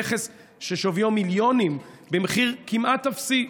נכס ששוויו מיליונים במחיר כמעט אפסי.